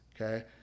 okay